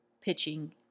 pitching